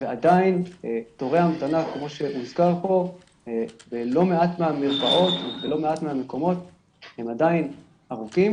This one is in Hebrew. ועדיין תורי ההמתנה בלא מעט מהמרפאות הם עדיין ארוכים.